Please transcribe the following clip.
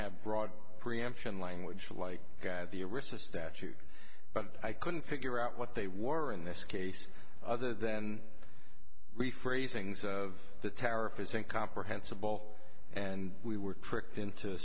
have broad preemption language like the arista statute but i couldn't figure out what they were in this case other than rephrase things of the tariff is incomprehensible and we were tricked into